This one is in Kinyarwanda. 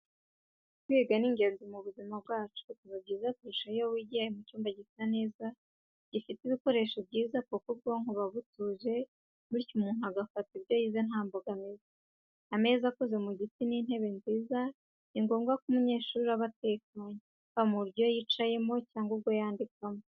Kwiga ni ingenzi mu buzima, bikaba byiza kurushaho iyo wigiye mu cyumba gisa neza, gifite ibikoresho byiza kuko ubwonko buba butuje bityo umuntu agafata ibyo yize nta mbogamizi. Ameza akoze mu giti n'intebe nziza ni ngombwa kuko umunyeshuri aba atekanye, haba mu buryo yicayemo cyangwa ubwo yandikamo.